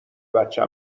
بچه